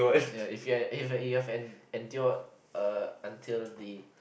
ya if you have if you have en~ endured uh until the